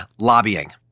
lobbying